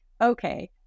okay